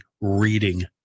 reading